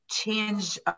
change